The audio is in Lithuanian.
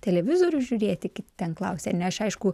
televizorių žiūrėti kiti ten klausia ar ne aš aišku